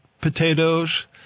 potatoes